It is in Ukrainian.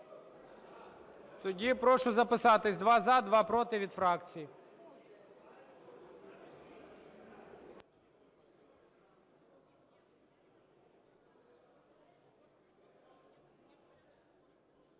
Тоді прошу записатись: два – за, два – проти, від фракцій.